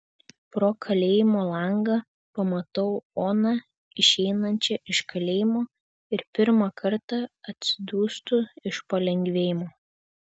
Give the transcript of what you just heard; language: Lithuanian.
pro kalėjimo langą pamatau oną išeinančią iš kalėjimo ir pirmą kartą atsidūstu iš palengvėjimo